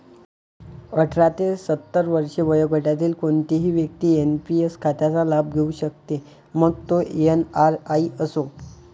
अठरा ते सत्तर वर्षे वयोगटातील कोणतीही व्यक्ती एन.पी.एस खात्याचा लाभ घेऊ शकते, मग तो एन.आर.आई असो